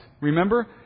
Remember